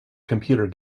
computer